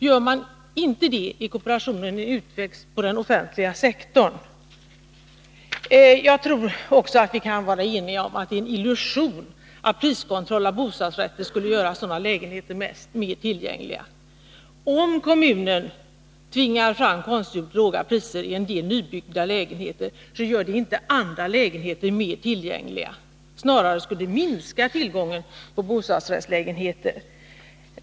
Gör man inte det är kooperationen en utväxt på den offentliga sektorn. Jag tror att vi kan vara eniga om att det är en illusion att priskontrollen av bostadsrätter skulle göra sådana lägenheter mer tillgängliga. Om kommuner tvingar fram konstgjort låga priser i en del nybyggda lägenheter gör det inte andra lägenheter mer tillgängliga — snarare skulle det minska tillgången på bostadsrättslägenheter.